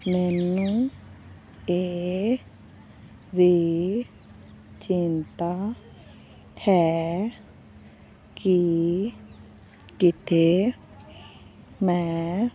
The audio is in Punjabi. ਮੈਨੂੰ ਇਹ ਵੀ ਚਿੰਤਾ ਹੈ ਕਿ ਕਿਤੇ ਮੈਂ